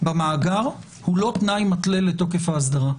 במאגר הוא לא תנאי מתלה לתוקף האסדרה,